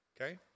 Okay